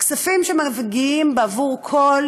הכספים שמגיעים בעבור כל